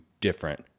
different